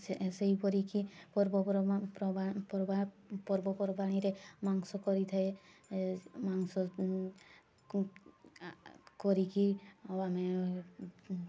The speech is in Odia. ସେହିପରି କି ପର୍ବ ପର୍ବ ପର୍ବାଣିରେ ମାଂସ କରିଥାଏ ମାଂସକୁ କରିକି ଆଉ ଆମେ